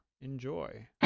enjoy